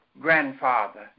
grandfather